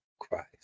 Christ